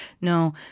No